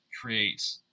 create